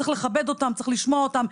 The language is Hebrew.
צריך לכבד אותם, צריך לשמוע אותם.